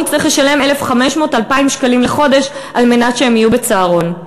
נצטרך לשלם 1,500 2,000 לחודש כדי שהם יהיו בצהרון.